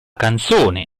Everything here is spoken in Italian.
canzone